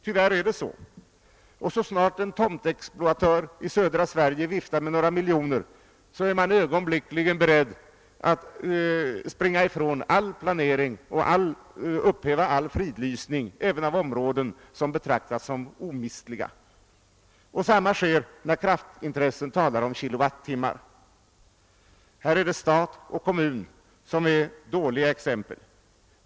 Tyvärr är det så, och så snart en tomtexploatör i södra Sverige viftar med några miljoner är man beredd att springa ifrån all planering och upphäva all fridlysning även av områden som betraktas som omistliga. Detsamma sker när kraftintressen talar om kilowattimmar; här är det stat och kommun som är dåliga exempel.